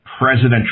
President